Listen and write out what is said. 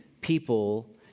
people